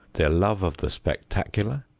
their love of the spectacular,